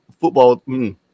football